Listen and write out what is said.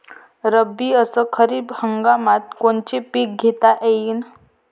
रब्बी अस खरीप हंगामात कोनचे पिकं घेता येईन?